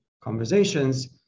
conversations